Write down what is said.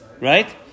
Right